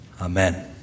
amen